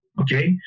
Okay